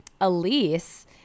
Elise